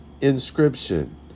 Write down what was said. inscription